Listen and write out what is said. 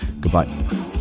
Goodbye